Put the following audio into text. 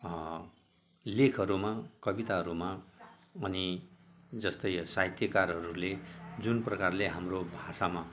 लेखहरूमा कविताहरूमा अनि जस्तै यो साहित्यकारहरूले जुन प्रकारले हाम्रो भाषामा